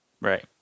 Right